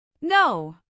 No